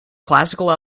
classical